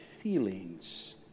feelings